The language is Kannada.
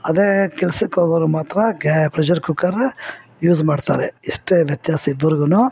ಅದೇ ಕೆಲಸಕ್ಕೋಗೋರು ಮಾತ್ರ ಗ್ಯಾ ಪ್ರೆಷರ್ ಕುಕ್ಕರ ಯೂಸ್ ಮಾಡ್ತಾರೆ ಇಷ್ಟೇ ವ್ಯತ್ಯಾಸ ಇಬ್ರುಗೂ